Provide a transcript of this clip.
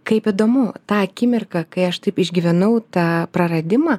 kaip įdomu tą akimirką kai aš taip išgyvenau tą praradimą